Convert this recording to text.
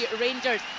Rangers